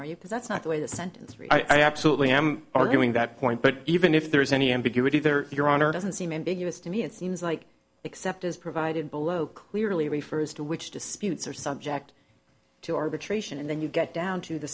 are you but that's not the way the sentence i absolutely am arguing that point but even if there is any ambiguity there your honor doesn't seem ambiguous to me it seems like except as provided below clearly refers to which disputes are subject to arbitration and then you get down to the